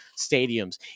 stadiums